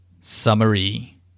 Summary